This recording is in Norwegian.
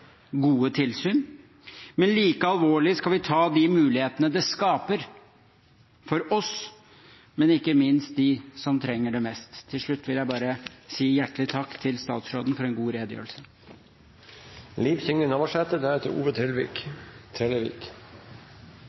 gode tilsyn. Like alvorlig skal vi ta de mulighetene dette skaper for oss, men ikke minst for dem som trenger det mest. Til slutt vil jeg bare si hjertelig takk til statsråden for en god